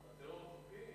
הטרור חוקי?